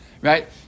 right